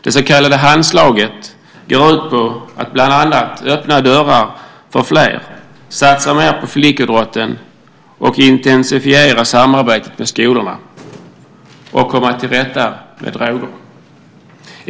Det så kallade Handslaget går ut på att bland annat öppna dörrar för fler, satsa mer på flickidrotten, intensifiera samarbetet med skolorna och komma till rätta med droger.